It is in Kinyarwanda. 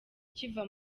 kiva